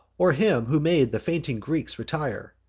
or him who made the fainting greeks retire,